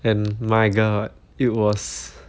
and my god it was